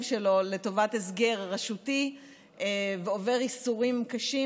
שלו לטובת הסגר רשותי עובר ייסורים קשים,